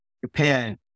Japan